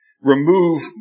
Remove